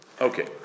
Okay